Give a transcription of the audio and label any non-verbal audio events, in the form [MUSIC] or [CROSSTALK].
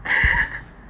[LAUGHS]